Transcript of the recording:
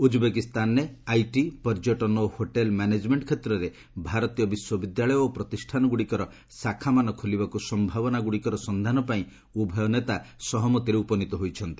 ଉକ୍ବେକିସ୍ତାନରେ IT ପର୍ଯ୍ୟଟନ ଓ hotel management କ୍ଷେତ୍ରରେ ଭାରତୀୟ ବିଶ୍ୱବିଦ୍ୟାଳୟ ଓ ପ୍ରତିଷ୍ଠାନଗୁଡ଼ିକର ଶାଖାମାନ ଖୋଲିବାକୁ ସମ୍ଭାବନାଗୁଡ଼ିକର ସନ୍ଧାନପାଇଁ ଉଭୟ ନେତା ସହମତିରେ ଉପନୀତ ହୋଇଛନ୍ତି